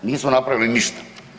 Nismo napravili ništa.